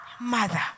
mother